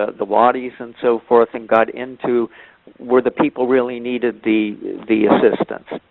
ah the wadis and so forth, and got into where the people really needed the the assistance.